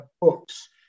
books